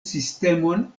sistemon